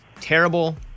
terrible